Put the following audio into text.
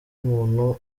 muntu